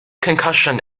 concussion